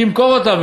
תמכור אותם.